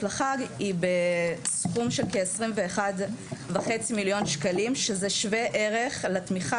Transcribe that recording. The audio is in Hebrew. לחג היא בסכום של כ-21.5 מיליון שקלים שזה שווה ערך לתמיכה